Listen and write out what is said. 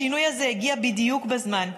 השינוי הזה הגיע בדיוק בזמן,